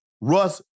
Russ